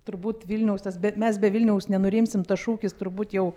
turbūt vilniaus tas be mes be vilniaus nenurimsim tas šūkis turbūt jau